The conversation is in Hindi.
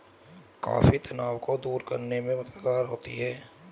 कॉफी तनाव को दूर करने में मददगार होता है